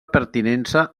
pertinença